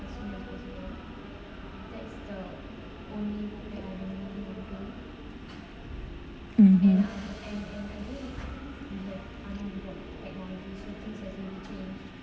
mmhmm